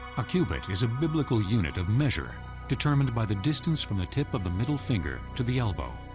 a cubit is a biblical unit of measure determined by the distance from the tip of the middle finger to the elbow.